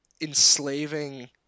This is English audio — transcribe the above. enslaving